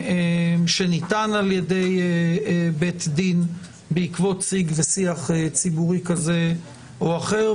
שניתן על ידי בית דין בעקבות סיג ושיח ציבורי כזה או אחר,